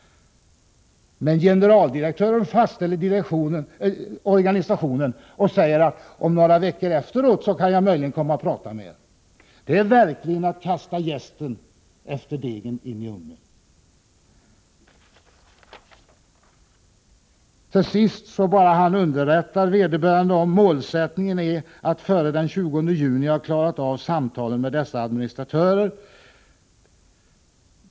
Men generaldirektören fastställer organisationen och förklarar att han några veckor efteråt möjligen kan komma och prata med berörd personal. Det är verkligen att kasta jästen efter degen in i ugnen. I brevet står vidare: ”Målsättningen är att före den 20 juni ha klarat av samtalen med dessa administratörer.